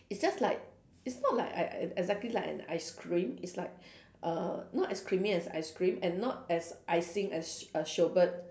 it's just like it's not like e~ e~ exactly like an ice cream it's like err not as creamy as ice cream and not as icy as s~ a sorbet